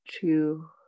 Two